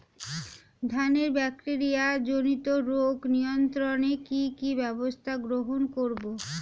ধানের ব্যাকটেরিয়া জনিত রোগ নিয়ন্ত্রণে কি কি ব্যবস্থা গ্রহণ করব?